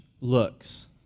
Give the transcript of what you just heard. looks